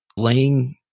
laying